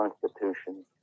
Constitution